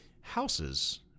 houses